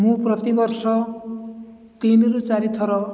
ମୁଁ ପ୍ରତିବର୍ଷ ତିନିରୁ ଚାରିଥର